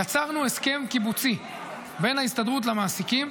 יצרנו הסכם קיבוצי בין ההסתדרות למעסיקים,